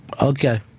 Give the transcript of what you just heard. Okay